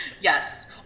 yes